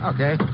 Okay